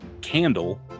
candle